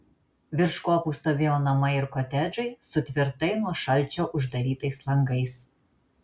virš kopų stovėjo namai ir kotedžai su tvirtai nuo šalčio uždarytais langais